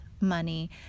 money